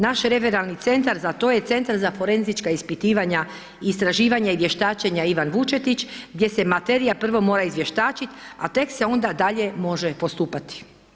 Naš referalni centar za to je Centar za forenzička ispitivanja, istraživanja i vještačenja Ivan Vučetić gdje se materija prvo mora izvještačit a tek se onda dalje može postupati.